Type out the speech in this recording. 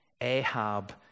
Ahab